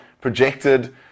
projected